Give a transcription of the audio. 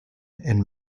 and